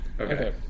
Okay